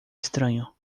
estranho